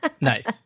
Nice